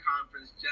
conference